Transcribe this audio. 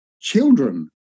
children